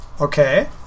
Okay